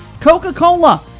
Coca-Cola